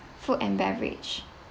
food and beverage